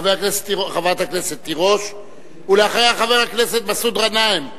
חברת הכנסת תירוש, ואחריה, חבר הכנסת מסעוד גנאים,